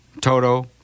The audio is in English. Toto